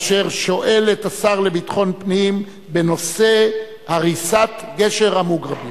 אשר שואל את השר לביטחון פנים בנושא הריסת גשר המוגרבים,